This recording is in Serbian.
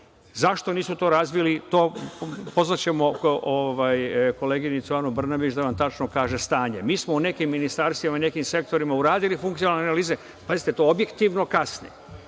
nismo to razvili, pozvaćemo koleginicu Anu Brnabić da nam tačno kaže stanje. Mi smo u nekim ministarstvima i nekim sektorima uradili funkcionalne analize. Pazite, to objektivno kasni.